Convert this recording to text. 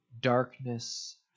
darkness